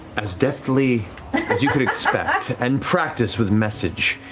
as deftly as you could expect, and practiced with message,